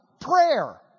prayer